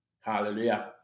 Hallelujah